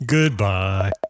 Goodbye